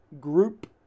group